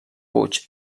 puig